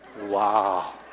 Wow